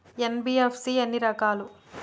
NBFC ఎన్ని రకాలు?